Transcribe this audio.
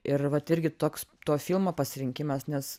ir vat irgi toks to filmo pasirinkimas nes